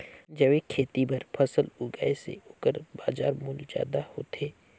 जैविक खेती बर फसल उगाए से ओकर बाजार मूल्य ज्यादा होथे